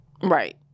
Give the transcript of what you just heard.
Right